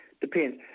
depends